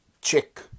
check